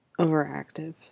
overactive